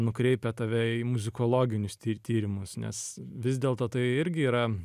nukreipia tave į muzikologinius tyr tyrimus nes vis dėlto tai irgi yra